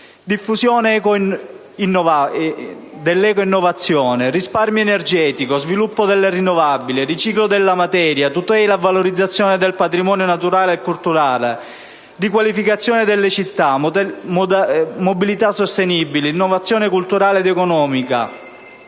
diffusione dell'ecoinnovazione, risparmio energetico, sviluppo delle rinnovabili, riciclo della materia, tutela e valorizzazione del patrimonio naturale e culturale, riqualificazione delle città, mobilità sostenibile. Innovazione, cultura ed economia